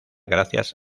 gracias